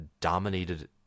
dominated